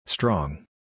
Strong